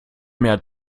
mehr